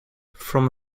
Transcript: from